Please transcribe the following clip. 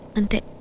and